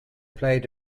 played